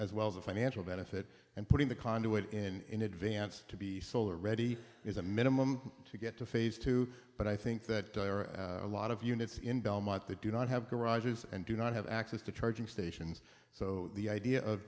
as well as a financial benefit and putting the conduit in advance to be solar ready is a minimum to get to phase two but i think that a lot of units in belmont that do not have garages and do not have access to charging stations so the idea of